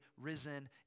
risen